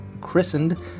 Christened